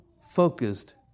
focused